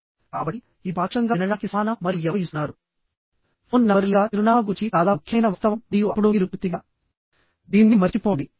కాబట్టి ఇది పాక్షికంగా వినడానికి సమానం మరియు ఎవరో ఇస్తున్నారు ఫోన్ నంబర్ లేదా చిరునామా గురించి చాలా ముఖ్యమైన వాస్తవం మరియు అప్పుడు మీరు పూర్తిగా దీన్ని మర్చిపోండి